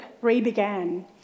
re-began